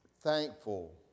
Thankful